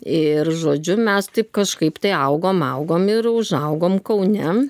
ir žodžiu mes taip kažkaip tai augom augom ir užaugom kaune